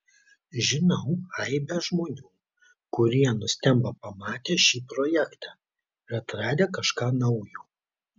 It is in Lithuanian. žinau aibę žmonių kurie nustemba pamatę šį projektą ir atradę kažką naujo